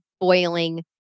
boiling